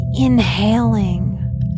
inhaling